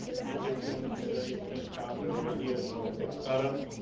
an egyptian middle eastern founder over here for a tech startup.